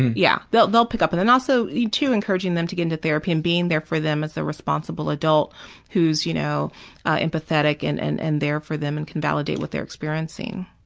yeah, they'll they'll pick up, and then also you're too encouraging them to get into therapy and being there for them as a responsible adult who's you know empathetic and and there for them and can validate what they're experiencing.